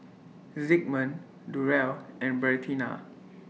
Zigmund Durell and Bertina